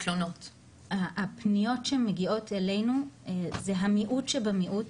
הפניות שמגיעות אלינו זה המיעוט שבמיעוט